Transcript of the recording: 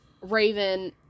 Raven